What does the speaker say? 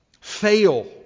fail